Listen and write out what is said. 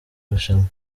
rushanwa